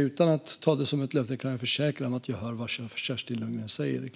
Utan att ge det som ett löfte kan jag försäkra Kerstin Lundgren om att jag hör vad hon säger.